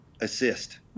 assist